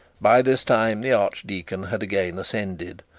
by this time the archdeacon had again ascended,